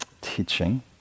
teaching